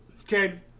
okay